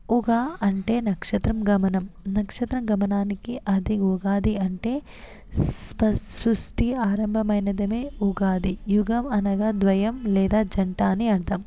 ఉగా అంటే నక్షత్రం గమనం నక్షత్రం గమనానికి అది ఉగాది అంటే స్పర్శ సృష్టి ఆరంభమైనదమే ఉగాది యుగం అనగా ద్వయం లేదా జంట అని అర్థం